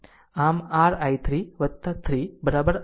આમ r I3 3 I2 લાગુ કરવું